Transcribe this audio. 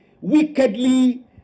wickedly